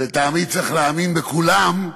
ולטעמי צריך להאמין בכולם,